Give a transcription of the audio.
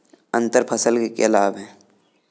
अंतर फसल के क्या लाभ हैं?